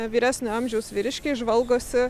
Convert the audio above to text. vyresnio amžiaus vyriškiai žvalgosi